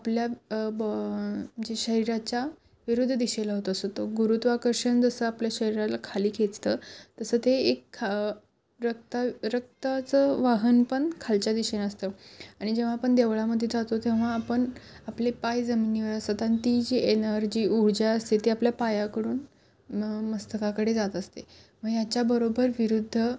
आपल्या बॉ जे शरीराच्या विरुद्ध दिशेला होत असतो तो गुरुत्वाकर्षण कसं आपल्या शरीराला खाली खेचतं तसं ते एक खा रक्त रक्ताचं वाहन पण खालच्या दिशेने असतं आणि जेव्हा आपण देवळामध्ये जातो तेव्हा आपण आपले पाय जमिनीवर असतात आणि ती जी एनर्जी ऊर्जा असते ती आपल्या पायाकडून मस्तकाकडे जात असते मग ह्याच्या बरोबर विरुद्ध